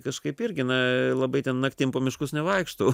kažkaip irgi na labai ten naktim po miškus nevaikštau